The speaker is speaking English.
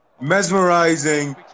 mesmerizing